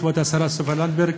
כבוד השרה סופה לנדבר,